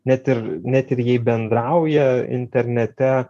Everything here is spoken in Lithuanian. net ir net ir jei bendrauja internete